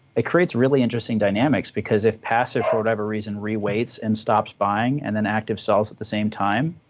it creates really interesting dynamics, because if passive for whatever reason re-weights and stops buying, and then active sells at the same time,